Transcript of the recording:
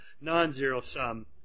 non-zero-sum